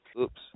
Oops